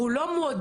אנחנו לא מעודדים,